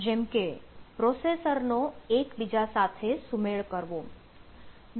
જેમકે પ્રોસેસર નો એકબીજા સાથે સુમેળ કરવો